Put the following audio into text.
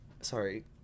sorry